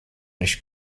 nicht